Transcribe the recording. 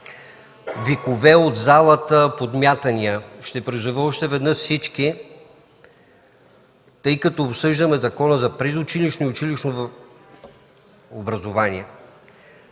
викове от залата, подмятания – ще призова още веднъж всички, тъй като обсъждаме Закона за предучилищно и училищно образование,